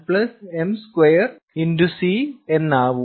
C എന്നാവും